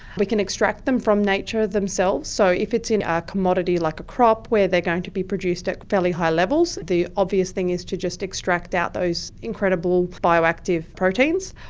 we can extract them from nature themselves, so if it's in our commodity like a crop where they are going to be produced at fairly high levels, the obvious thing is to just extract out those incredible bioactive proteins,